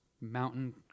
mountain